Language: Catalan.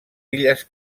illes